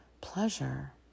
Pleasure